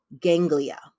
ganglia